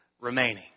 remaining